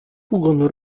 hugon